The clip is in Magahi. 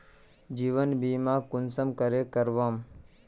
जीवन बीमा कुंसम करे करवाम?